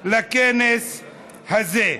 לכנס הזה.